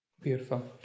Beautiful